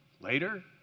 Later